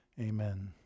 Amen